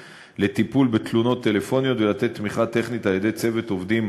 לטיפול בתלונות טלפוניות ולתת תמיכה טכנית על-ידי צוות עובדים